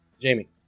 Jamie